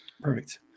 Perfect